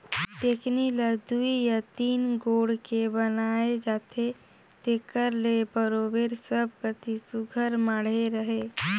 टेकनी ल दुई या तीन गोड़ के बनाए जाथे जेकर ले बरोबेर सब कती सुग्घर माढ़े रहें